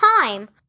time